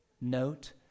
note